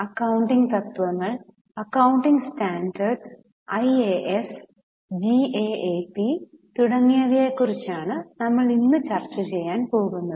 accounting തത്വങ്ങൾ accounting standards IAS GAAP തുടങ്ങിയവയെകുറിച്ചാണ് നമ്മൾ ഇന്ന് ചർച്ചചെയ്യാൻ പോകുന്നത്